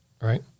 right